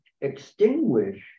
extinguish